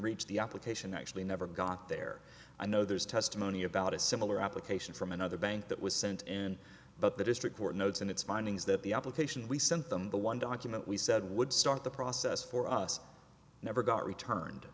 reached the application actually never got there i know there's testimony about a similar application from another bank that was sent in but the district court notes and it's findings that the application we sent them the one document we said would start the process for us never got returned